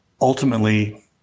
ultimately